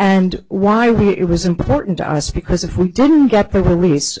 and why he it was important to us because if we don't get the release